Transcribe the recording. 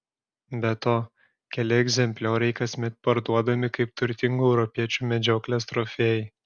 be to keli egzemplioriai kasmet parduodami kaip turtingų europiečių medžioklės trofėjai